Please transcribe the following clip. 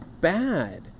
bad